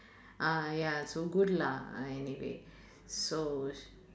ah ya so good lah uh anyway so